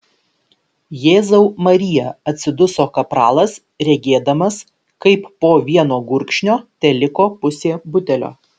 jėzau marija atsiduso kapralas regėdamas kaip po vieno gurkšnio teliko pusė butelio